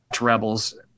Rebels